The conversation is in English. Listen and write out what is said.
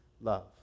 love